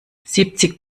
siebzig